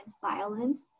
Violence